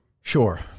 Sure